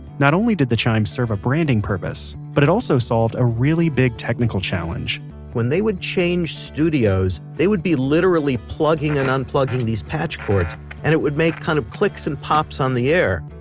not only did the chimes serve a branding purpose, but it also solved a really big technical challenge when they would change studios, they would be literally plugging and unplugging these patch cords and it would make kind of clicks and pops on the air.